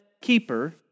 keeper